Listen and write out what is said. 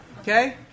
Okay